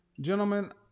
gentlemen